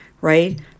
right